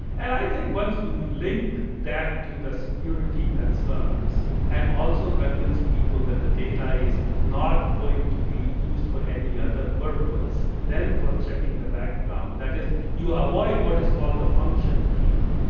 and i think once you link that to the security concerns and also convince people that the data is not going to be used for any other purpose than for checking the background, that is, you avoid what is called the function creep.